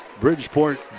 Bridgeport